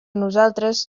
nosaltres